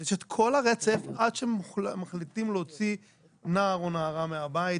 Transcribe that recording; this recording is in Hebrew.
יש את כל הרצף עד שמחליטים להוציא נער או נערה מהבית.